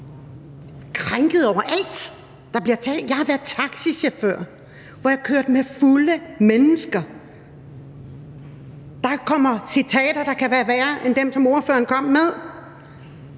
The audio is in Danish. krænket over alt. Jeg har været taxichauffør, hvor jeg kørte med fulde mennesker. Der kan jeg citere sætninger fra, der kunne være værre end dem, som ordføreren kom med.